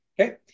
Okay